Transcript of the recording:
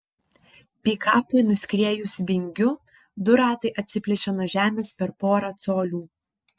pikapui nuskriejus vingiu du ratai atsiplėšė nuo žemės per porą colių